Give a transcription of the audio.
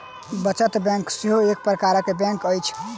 बचत बैंक सेहो एक प्रकारक बैंक अछि